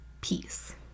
Peace